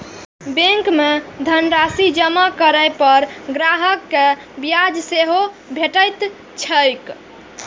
bank मे धनराशि जमा करै पर ग्राहक कें ब्याज सेहो भेटैत छैक